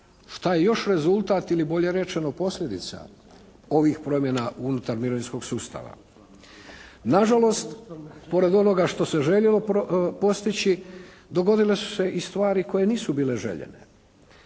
šta je još rezultat ili bolje rečeno posljedica ovih promjena unutar mirovinskog sustava? Na žalost pored onoga što se željelo postići, dogodile su se i stvari koje nisu bile željene.